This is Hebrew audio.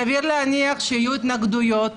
סביר להניח שיהיו התנגדויות.